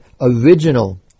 original